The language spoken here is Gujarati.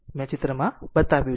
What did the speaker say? મેં ચિત્રમાં બતાવ્યું છે